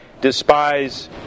despise